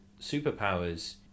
superpowers